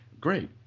Great